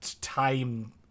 time